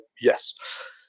Yes